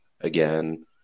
again